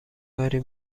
کاری